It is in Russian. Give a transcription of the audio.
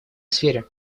сфере